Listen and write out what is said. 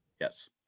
Yes